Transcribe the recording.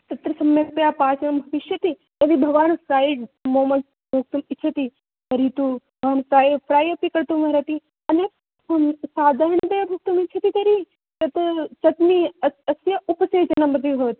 तत्र सम्यक्तया पाकः भविष्यति यदि भवान् फ़्रैड् मोमोज् भोक्तुम् इच्छति तर्हि तु अहं फ़्रै फ़्रै अपि कर्तुम् अर्हति अन्यत् साधारणतया भोक्तुम् इच्छति तर्हि तत् चट्नी अ अस्य उपसेचनमपि भवति